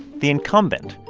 the incumbent,